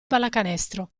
pallacanestro